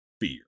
fear